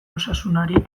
osasunari